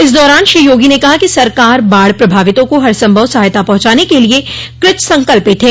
इस दौरान श्री योगी ने कहा कि सरकार बाढ़ प्रभावितों को हर संभव सहायता पहुंचाने के लिए कृत संकल्पित है